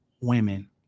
women